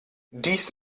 dies